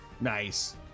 nice